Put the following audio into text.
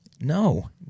No